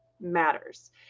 matters